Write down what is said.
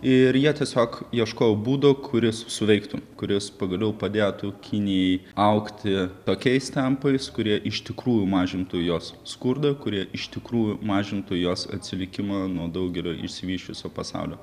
ir jie tiesiog ieškojo būdo kuris suveiktų kuris pagaliau padėtų kinijai augti tokiais tempais kurie iš tikrųjų mažintų jos skurdą kurie iš tikrųjų mažintų jos atsilikimą nuo daugelio išsivysčiusių pasaulio